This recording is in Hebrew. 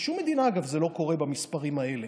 בשום מדינה, אגב, זה לא קורה במספרים האלה.